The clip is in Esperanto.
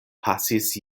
pasis